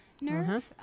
nerve